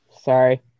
Sorry